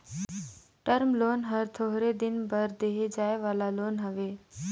term loan हर थोरहें दिन बर देहे जाए वाला लोन हवे